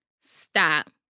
stop